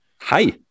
Hi